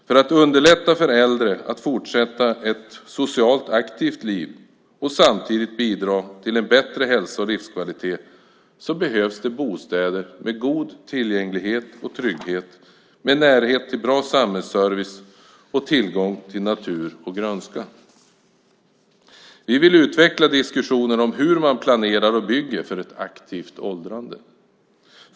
För att underlätta för äldre att fortsätta ett socialt aktivt liv och samtidigt bidra till en bättre hälsa och livskvalitet behövs bostäder med god tillgänglighet och trygghet med närhet till bra samhällsservice och tillgång till natur och grönska. Vi vill utveckla diskussionerna om hur man planerar och bygger för ett aktivt åldrande.